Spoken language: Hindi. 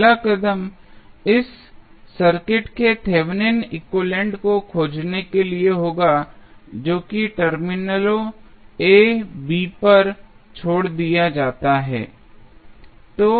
पहला कदम इस सर्किट के थेवेनिन एक्विवैलेन्ट Thevenins equivalent को खोजने के लिए होगा जो कि टर्मिनलों ab पर छोड़ दिया जाता है